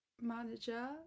manager